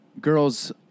girls